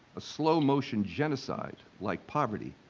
a slow-motion genocide like poverty,